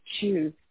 choose